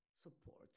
Support